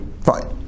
Fine